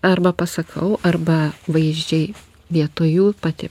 arba pasakau arba vaizdžiai vietoj jų pati